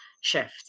shift